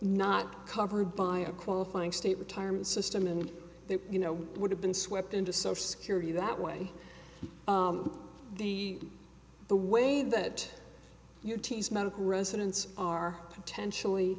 not covered by a qualifying state retirement system and you know would have been swept into social security that way the the way that your t s medical residents are potentially